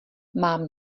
mám